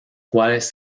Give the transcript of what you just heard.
cuales